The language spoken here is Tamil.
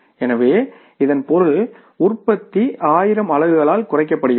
எனவே இதன் பொருள் உற்பத்தி 1000 அலகுகளால் குறைக்கப்படுகிறது